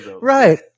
right